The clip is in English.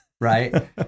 right